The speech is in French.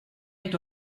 est